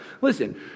Listen